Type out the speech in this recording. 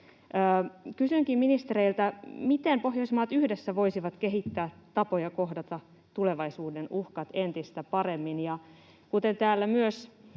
Kysynkin ministereiltä: miten Pohjoismaat yhdessä voisivat kehittää tapoja kohdata tulevaisuuden uhkat entistä paremmin? Ja kun täällä